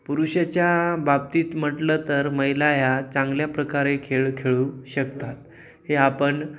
पुरुषाच्या बाबतीत म्हटलं तर महिला ह्या चांगल्या प्रकारे खेळ खेळू शकतात हे आपण